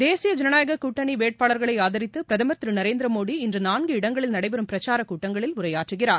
தேசிய ஜனநாயக கூட்டணி வேட்பாளர்களை ஆதரித்து பிரதமர் திரு நரேந்திரமோடி இன்று நான்கு இடங்களில் நடைபெறும் பிரச்சாரக் கூட்டங்களில் உரையாற்றுகிறார்